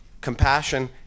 compassion